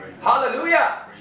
hallelujah